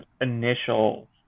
initial